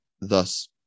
thus